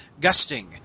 Gusting